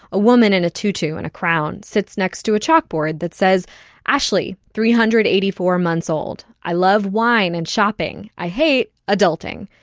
a woman in a tutu and a crown sits next to a chalkboard that says ashley. three hundred and eighty four months old. i love wine and shopping. i hate adulting.